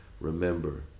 Remember